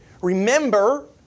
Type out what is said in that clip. remember